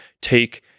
take